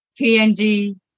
PNG